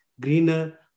greener